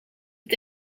het